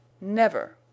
Never